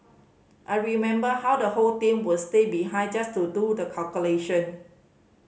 I remember how the whole team would stay behind just to do the calculation